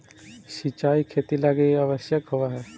सिंचाई खेती लगी आवश्यक होवऽ हइ